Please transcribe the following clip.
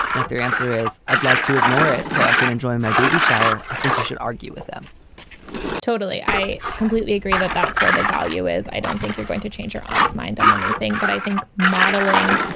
and if their answer is, i'd like to ignore it so i can enjoy my baby shower. i think you should argue with them totally i completely agree that that's where the value is. i don't think you're going to change your aunt's mind on anything. but i think modeling,